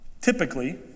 Typically